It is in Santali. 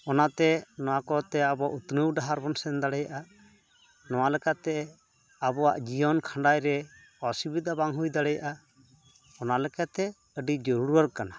ᱚᱱᱟᱛᱮ ᱱᱚᱣᱟ ᱠᱚᱛᱮ ᱟᱵᱚ ᱩᱛᱱᱟᱹᱣ ᱰᱟᱦᱟᱨ ᱵᱚᱱ ᱥᱮᱱ ᱫᱟᱲᱮᱭᱟᱜᱼᱟ ᱱᱚᱣᱟ ᱞᱮᱠᱟᱛᱮ ᱟᱵᱚᱣᱟᱜ ᱡᱤᱭᱚᱱ ᱠᱷᱟᱸᱰᱟᱣᱨᱮ ᱚᱥᱩᱵᱤᱫᱷᱟ ᱵᱟᱝ ᱦᱩᱭ ᱫᱟᱲᱣᱭᱟᱜᱼᱟ ᱚᱱᱟ ᱞᱮᱠᱟᱛᱮ ᱟᱹᱰᱤ ᱡᱟᱹᱨᱩᱲᱟᱱ ᱠᱟᱱᱟ